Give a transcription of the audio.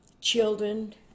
children